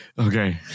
Okay